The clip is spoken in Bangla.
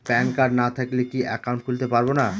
প্যান কার্ড না থাকলে কি একাউন্ট খুলতে পারবো না?